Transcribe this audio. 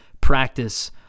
practice